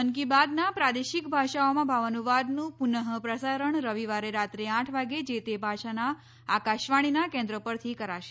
મન કી બાતના પ્રાદેશિક ભાષાઓમાં ભાવાનુવાદનું પુનઃ પ્રસારણ રવિવારે રાત્રે આઠ વાગે જે તે ભાષાના આકાશવાણીના કેન્દ્રો પરથી કરાશે